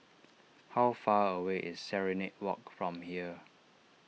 how far away is Serenade Walk from here